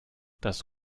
das